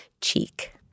cheek